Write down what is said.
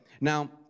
Now